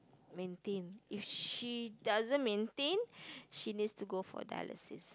maintain if she doesn't maintain she needs to go for dialysis